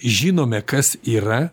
žinome kas yra